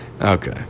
Okay